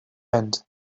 end